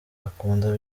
bakunda